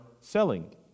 selling